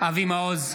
אבי מעוז,